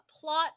plot